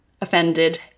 offended